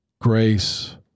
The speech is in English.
Grace